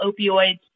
opioids